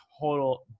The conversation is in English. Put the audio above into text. total